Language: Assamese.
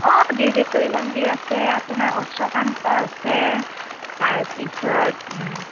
অঁ দীৰ্ঘেশ্বৰী মন্দিৰ আছে আপোনাৰ অশ্বকান্ত আছে তাৰপিছত